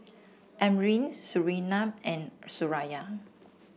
Amrin Surinam and Suraya